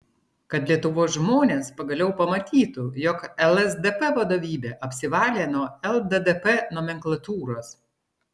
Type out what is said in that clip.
kad lietuvos žmonės pagaliau pamatytų jog lsdp vadovybė apsivalė nuo lddp nomenklatūros